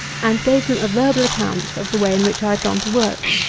and gave them a verbal account of the way in which i had gone to work.